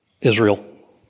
Israel